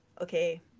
okay